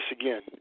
again